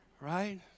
Right